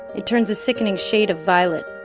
it turns a sickening shade of violet.